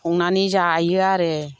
संनानै जायो आरो